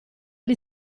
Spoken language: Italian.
gli